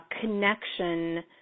connection